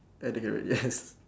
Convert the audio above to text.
at the gallery yes